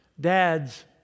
dad's